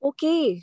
Okay